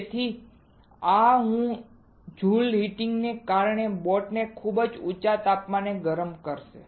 તેથી આ જુલ હીટિંગને કારણે બોટને ખૂબ ઊંચા તાપમાને ગરમ કરશે